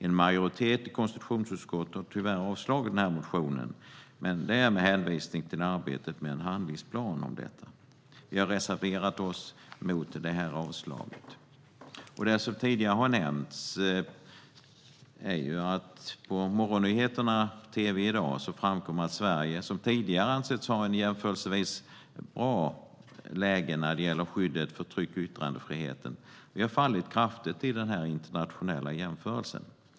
En majoritet i konstitutionsutskottet har tyvärr föreslagit ett avslag på denna motion, med hänvisning till arbetet med en handlingsplan. Vi har reserverat oss mot detta förslag på avslag. Som nämnts tidigare framkom det på morgonnyheterna i tv i dag att Sverige, som tidigare har ansetts ha ett i jämförelse bra läge när det gäller skydd för tryck och yttrandefriheten, har fallit kraftigt i den internationella jämförelsen.